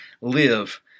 live